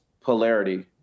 polarity